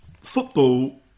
football